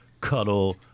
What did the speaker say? Cuddle